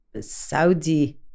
Saudi